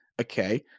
Okay